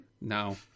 No